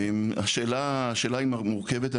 השאלה היא מורכבת,